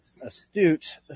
astute